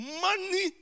money